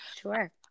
Sure